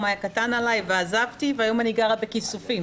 היה קטן עלי ועזבתי והיום אני גרה בכיסופים.